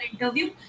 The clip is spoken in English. interview